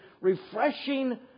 refreshing